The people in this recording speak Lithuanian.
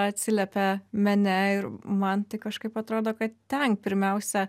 atsiliepia mene ir man tai kažkaip atrodo kad ten pirmiausia